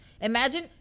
Imagine